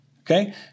okay